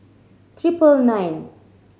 triple nine